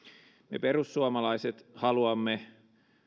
me perussuomalaiset haluamme